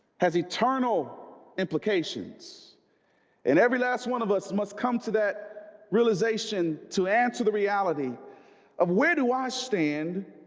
has eternal implications and every last one of us must come to that realization to answer the reality of where do i stand?